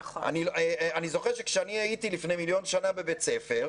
אני מייצגת היום את כלל שחקניות הכדורגל בארץ,